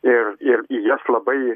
ir ir į jas labai